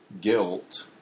guilt